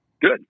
good